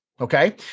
okay